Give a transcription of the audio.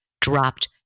dropped